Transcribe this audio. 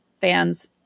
fans